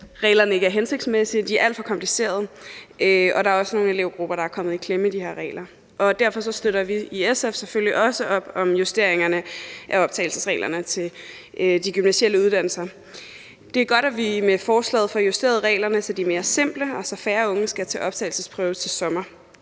reglerne ikke er hensigtsmæssige. De er alt for komplicerede, og der er også nogle elevgrupper, der er kommet i klemme i de her regler. Og derfor bakker vi i SF selvfølgelig også op om justeringerne af optagelsesreglerne til de gymnasiale uddannelser. Det er godt, at vi med forslaget får justeret reglerne, så de er mere simple, og så færre unge skal til optagelsesprøve til sommer.